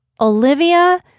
Olivia